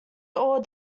all